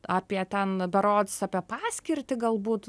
apie ten berods apie paskirtį galbūt